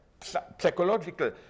psychological